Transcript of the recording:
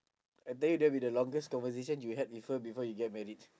I tell you that will be the longest conversation you had with her before you get married